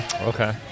okay